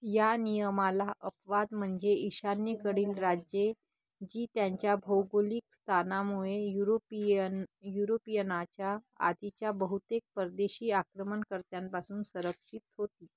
या नियमाला अपवाद म्हणजे ईशान्येकडील राज्ये जी त्यांच्या भौगोलिक स्थानामुळे युरोपियन युरोपियनाच्या आधीच्या बहुतेक परदेशी आक्रमणकर्त्यांपासून संरक्षित होती